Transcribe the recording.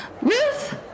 Ruth